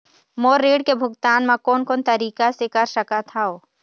मोर ऋण के भुगतान म कोन कोन तरीका से कर सकत हव?